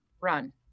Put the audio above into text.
run